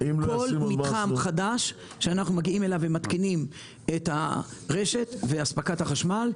כל מתחם חדש שאנחנו מגיעים אליו ומתקינים את הרשת ואספקת החשמל,